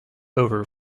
over